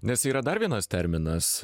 nes yra dar vienas terminas